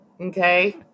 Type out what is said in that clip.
okay